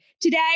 Today